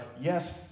yes